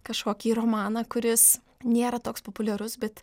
kažkokį romaną kuris nėra toks populiarus bet